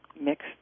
mixed